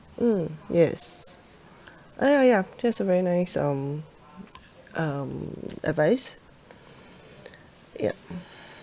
mm yes uh ya ya that's a very nice um um advice yup